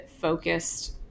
focused